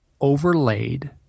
overlaid